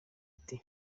ati